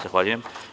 Zahvaljujem.